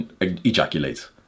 ejaculate